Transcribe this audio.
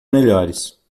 melhores